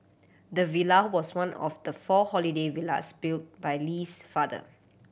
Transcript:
the villa was one of the four holiday villas built by Lee's father